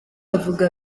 avuga